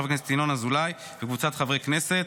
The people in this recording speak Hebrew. של חבר הכנסת ינון אזולאי וקבוצת חברי הכנסת.